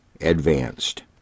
advanced